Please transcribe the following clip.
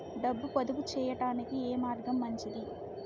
డబ్బు పొదుపు చేయటానికి ఏ మార్గం మంచిది?